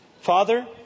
Father